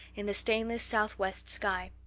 in the stainless southwest sky,